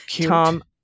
Tom